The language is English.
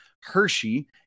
Hershey